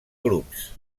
grups